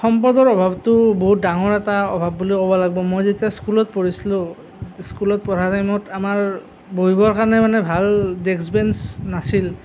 সম্পদৰ অভাৱটো বহুত ডাঙৰ এটা অভাৱ বুলি ক'ব লাগিব মই যেতিয়া স্কুলত পঢ়িছিলোঁ স্কুলত পঢ়াৰ টাইমত আমাৰ বহিবৰ কাৰণে মানে ভাল ডেস্ক বেঞ্চ নাছিল